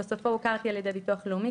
ובסופו הוכרתי על ידי הביטוח הלאומי